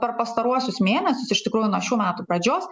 per pastaruosius mėnesius iš tikrųjų nuo šių metų pradžios